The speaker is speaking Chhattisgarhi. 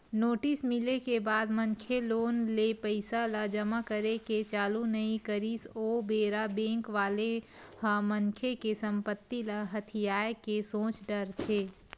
नोटिस मिले के बाद मनखे लोन ले पइसा ल जमा करे के चालू नइ करिस ओ बेरा बेंक वाले ह मनखे के संपत्ति ल हथियाये के सोच डरथे